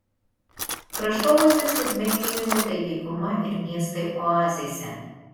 kraštovaizdis uzbekijoje tai dykuma ir miestai oazėse